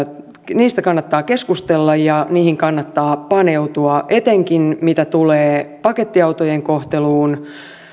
keskustella ja niihin kannattaa paneutua etenkin mitä tulee pakettiautojen kohteluun